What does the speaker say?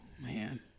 man